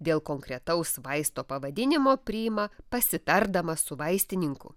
dėl konkretaus vaisto pavadinimo priima pasitardamas su vaistininku